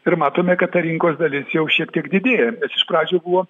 ir matome kad ta rinkos dalis jau šiek tiek didėja bet iš pradžių buvo